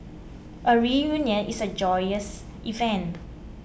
a reunion is a joyous event